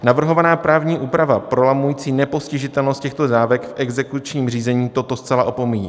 Navrhovaná právní úprava prolamující nepostižitelnost těchto dávek v exekučním řízení toto zcela opomíjí.